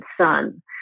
son